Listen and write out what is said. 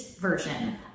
version